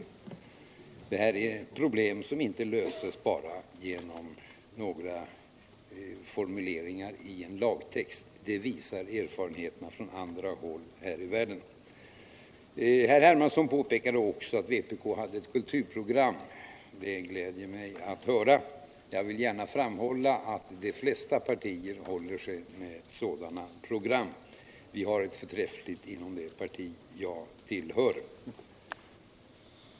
Erfarenheten från andra håll visar att detta är problem som inte löses bara genom några formuleringar i en lagtext. Herr Hermansson påpekade också att vpk har ett kulturprogram. Det gläder mig att höra. Jag vill samtidigt framhålla att de flesta partier håller sig med sådana program. Vi har ett förträffligt sådant inom det parti som jag tillhör.